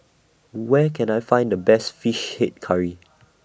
Where Can I Find The Best Fish Head Curry